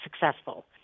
successful